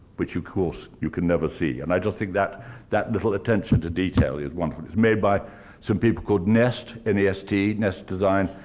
which, of course, you can never see. and i just think that that little attention to detail is wonderful. it's made by some people called nest, n e s t, nest design,